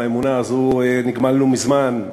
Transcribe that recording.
מהאמונה הזאת נגמלנו מזמן,